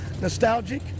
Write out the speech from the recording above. Nostalgic